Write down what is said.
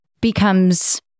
becomes